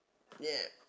yeah